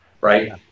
right